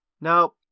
Now